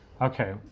Okay